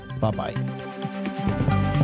Bye-bye